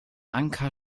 anker